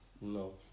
No